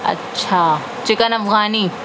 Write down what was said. اچھا چکن افغانی